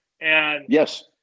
Yes